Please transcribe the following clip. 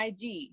IG